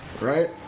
right